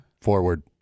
Forward